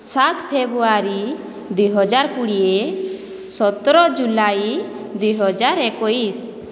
ସାତ ଫେବ୍ରୁଆରୀ ଦୁଇ ହଜାର କୋଡ଼ିଏ ସତର ଜୁଲାଇ ଦୁଇ ହଜାର ଏକୋଇଶ